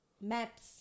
maps